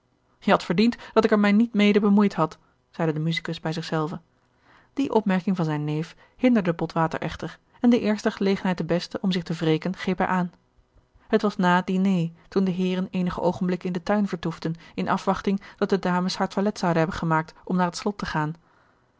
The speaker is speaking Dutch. je hadt verdiend dat ik er mij niet mede bemoeid had zeide de musicus bij zich zelven die opmerking van zijn neef hinderde botwater echter en de eerste gelegenheid de beste om zich te wreken greep hij aan het was na het diné toen de heeren eenige oogenblikken in den tuin vertoefden in afwachting dat de dames haar toilet zouden hebben gemaakt om naar het slot te gaan